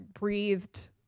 breathed